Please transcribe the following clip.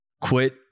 Quit